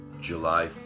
July